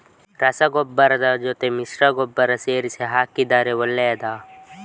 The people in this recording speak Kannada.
ರಸಗೊಬ್ಬರದ ಜೊತೆ ಮಿಶ್ರ ಗೊಬ್ಬರ ಸೇರಿಸಿ ಹಾಕಿದರೆ ಒಳ್ಳೆಯದಾ?